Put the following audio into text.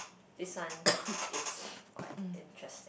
this one is quite interesting